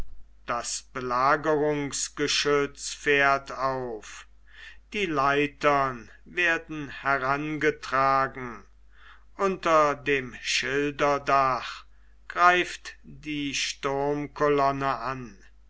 das belagerungsgeschütz fährt auf die leitern werden herangetragen unter dem schilderdach greift die sturmkolonne an